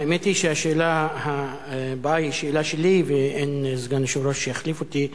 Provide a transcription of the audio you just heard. האמת היא שהשאלה הבאה היא שלי ואין סגן יושב-ראש שיחליף אותי.